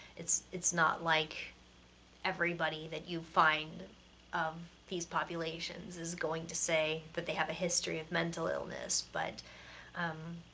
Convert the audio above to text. it's, it's not like everybody that you find of these populations is going to say that they have a history of mental illness, but um,